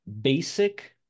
basic